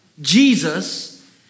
Jesus